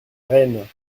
rennes